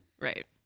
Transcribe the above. Right